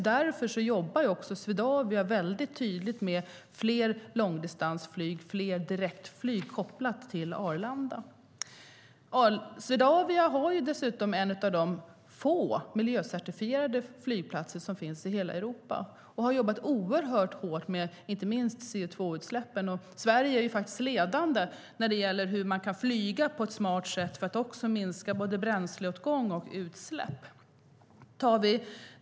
Därför jobbar Swedavia tydligt med fler långdistansflyg och fler direktflyg, kopplat till Arlanda. Swedavia har dessutom en av de få miljöcertifierade flygplatser som finns i hela Europa och jobbar oerhört hårt med inte minst CO2-utsläppen. Sverige är faktiskt ledande i hur man kan flyga på ett smart sätt för att minska både bränsleåtgång och utsläpp.